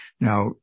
now